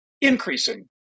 increasing